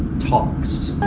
talks.